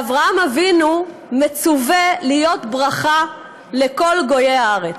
ואברהם אבינו מצֻווה להיות ברכה לכל גויי הארץ.